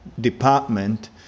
department